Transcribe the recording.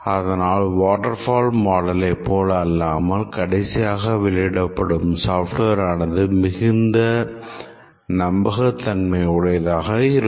அதனால் வாட்டர்ஃபால் மாடலை போல அல்லாமல் கடைசியாக வெளியிடப்படும் software ஆனது மிகுந்த நம்பகத்தன்மை உடையதாக இருக்கும்